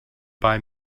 buy